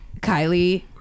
Kylie